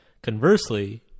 Conversely